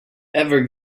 ever